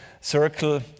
circle